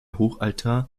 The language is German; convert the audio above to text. hochaltar